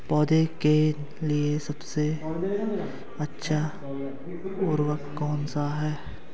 पौधों के लिए सबसे अच्छा उर्वरक कौन सा है?